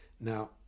Now